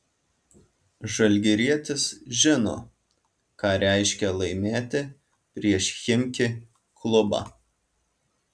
žalgirietis žino ką reiškia laimėti prieš chimki klubą